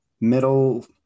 middle